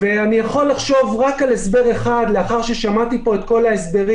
ואני יכול לחשוב רק על הסבר אחד לאחר ששמעתי פה את כל ההסברים,